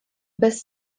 bez